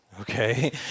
okay